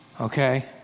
Okay